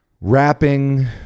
rapping